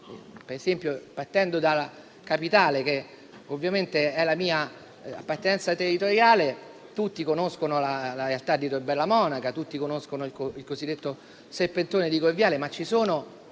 esempi, partendo dalla Capitale, che ovviamente è la mia appartenenza territoriale. Tutti conoscono la realtà di Tor Bella Monaca, tutti conoscono il cosiddetto serpentone di Corviale, ma ci sono